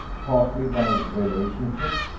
partly by relationship,